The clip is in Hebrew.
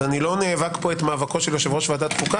אני לא נאבק פה את מאבקו של יושב-ראש ועדת חוקה